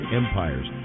empires